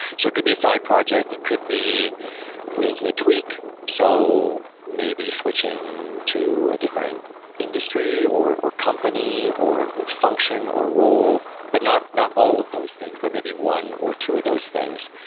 so it could be a side project, it could be making a tweak, so maybe switching to a different industry or or company or or function or role, but not not all of those things, but maybe one or two of those things.